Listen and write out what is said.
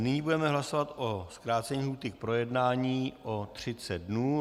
Nyní budeme hlasovat o zkrácení lhůty k projednání o 30 dnů.